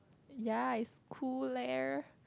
ya is cooler